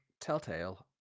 telltale